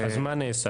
אז מה נעשה.